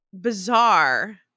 bizarre